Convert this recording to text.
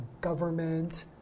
government